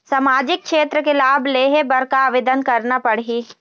सामाजिक क्षेत्र के लाभ लेहे बर का आवेदन करना पड़ही?